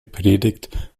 predigt